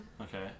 Okay